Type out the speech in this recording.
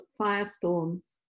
firestorms